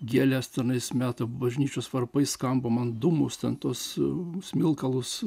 gėles tenais meta bažnyčios varpai skamba man dūmus ten tuos mm smilkalus